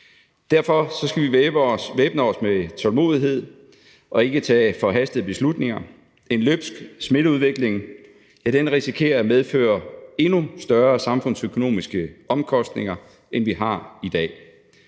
Derfor skal vi væbne os med tålmodighed og ikke tage forhastede beslutninger. En løbsk smitteudvikling risikerer at medføre endnu større samfundsøkonomiske omkostninger, end vi har i dag.